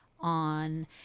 on